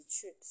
truth